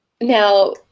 now